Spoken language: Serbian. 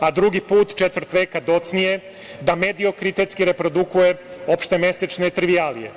a drugi put, četvrtet veka docnije, da mediokritetski reprodukuje opšte mesečne trivialije.